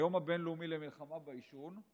ביום הבין-לאומי למלחמה בעישון.